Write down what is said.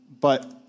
But-